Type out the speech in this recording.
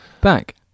Back